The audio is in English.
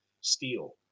steel